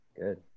Good